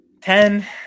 ten